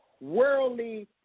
worldly